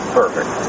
perfect